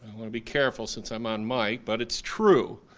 i'm gonna be careful since i'm on mic but it's true.